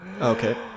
Okay